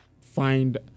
find